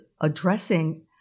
addressing